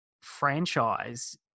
franchise